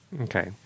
Okay